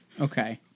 okay